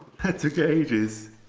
that took ages